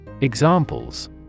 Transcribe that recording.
Examples